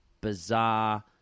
bizarre